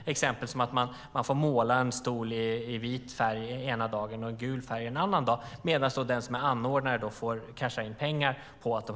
Ett exempel är att man får måla en stol i vit färg ena dagen och i gult en annan dag medan den som är anordnare får casha in pengar för att